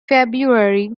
february